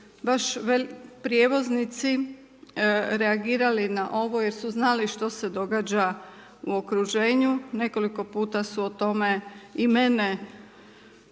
baš prijevoznici reagirali na ovo jer su znali što se događa u okruženju, nekoliko puta su o tome i mene